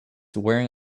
wearing